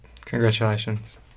Congratulations